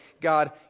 God